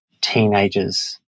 teenagers